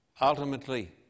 Ultimately